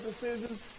decisions